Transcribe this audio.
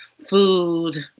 food,